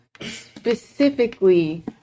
specifically